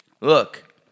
Look